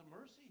mercy